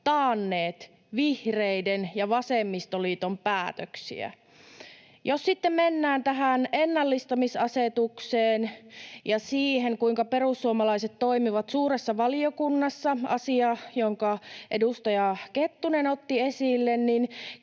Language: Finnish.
taanneet vihreiden ja vasemmistoliiton päätöksiä. Jos sitten mennään tähän ennallistamisasetukseen ja siihen, kuinka perussuomalaiset toimivat suuressa valiokunnassa — asia, jonka edustaja Kettunen otti esille — niin